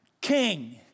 king